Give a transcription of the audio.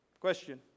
Question